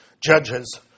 Judges